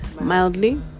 mildly